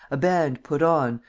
a band put on,